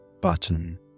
button